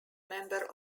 member